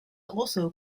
also